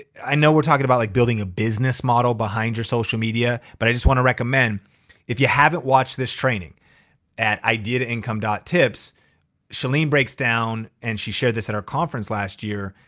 i know we're talking about like building a business model behind your social media, but i just wanna recommend if you haven't watched this training at ideatoincome tips chalene breaks down and she shared this at our conference last year,